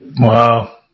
Wow